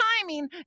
timing